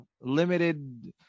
limited